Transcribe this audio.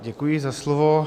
Děkuji za slovo.